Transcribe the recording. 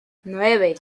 nueve